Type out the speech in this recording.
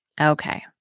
Okay